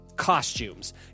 costumes